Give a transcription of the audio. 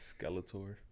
Skeletor